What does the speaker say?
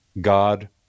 God